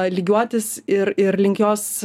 lygiuotis ir ir link jos